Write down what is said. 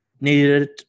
needed